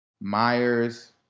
Myers